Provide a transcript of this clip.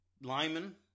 Lyman